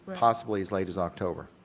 possibly as late as october.